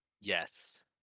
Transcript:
yes